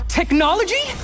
technology